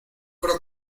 creo